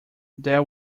there